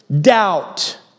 Doubt